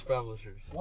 Publishers